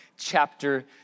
Chapter